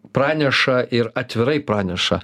praneša ir atvirai praneša